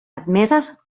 admeses